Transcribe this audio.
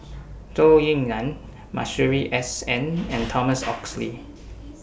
Zhou Ying NAN Masuri S N and Thomas Oxley